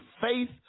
faith